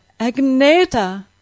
Agneta